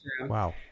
Wow